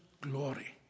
glory